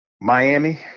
Miami